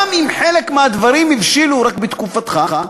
גם אם חלק מהדברים הבשילו רק בתקופתך,